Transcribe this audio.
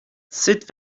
sut